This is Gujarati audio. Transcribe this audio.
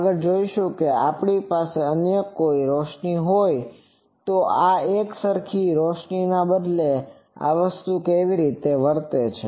આગળ આપણે જોશું કે જો આપણી પાસે અન્ય કોઈ રોશની હોય તો આ એકસરખી રોશનીને બદલે આ વસ્તુ કેવી રીતે વર્તે છે